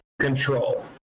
control